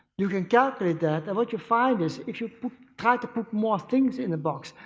you can calculate that, and what you find is, if you try to put more things in the box,